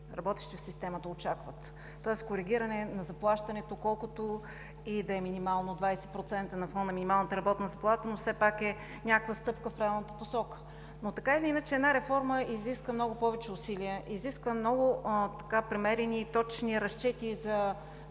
работещи в системата очакват, тоест коригиране на заплащането, колкото и да е минимално – 20% на фона на минималната работна заплата, но все пак е някаква стъпка в правилната посока. Така или иначе една реформа изисква много повече усилия, изисква много премерени и точни разчети за